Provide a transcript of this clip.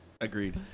Agreed